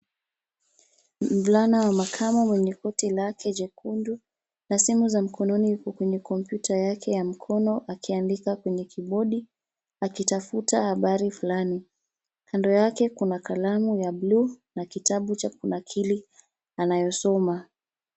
Mvulana wa makamu mwenye koti lake jekundu, na simu za mkononi yuko kwenye kompyuta yake ya mkono akiandika kwenye kibodi, akitafuta habari fulani. Kando yake kuna kalamu ya bluu na kitabu cha kunakili anayosoma.